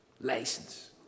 License